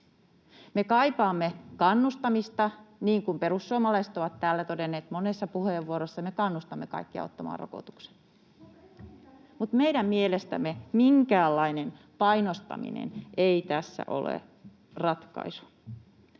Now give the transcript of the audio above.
Me kaipaamme kannustamista. Niin kuin perussuomalaiset ovat täällä todenneet monessa puheenvuorossa, me kannustamme kaikkia ottamaan rokotuksen. Mutta meidän mielestämme minkäänlainen painostaminen ei tässä ole ratkaisu.